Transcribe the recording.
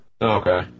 okay